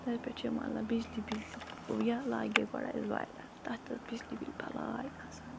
تَتہِ پٮ۪ٹھ چھِ مطلب بجلی بجلی یا لاگے گۄڈٕ اَسہِ بایلَر تَتھ ٲس بِجلی بِل بَلاے کھَسان